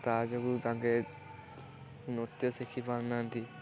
ତା ଯୋଗୁଁ ତାଙ୍କେ ନୃତ୍ୟ ଶିଖିପାରୁନାହାନ୍ତି